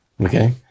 Okay